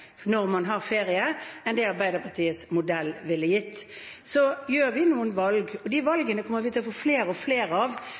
når man har ferie, enn det Arbeiderpartiets modell ville gitt. Så gjør vi noen valg, og de